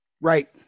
Right